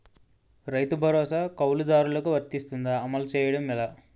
రైతు భరోసా కవులుదారులకు వర్తిస్తుందా? అమలు చేయడం ఎలా